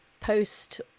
post